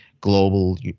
global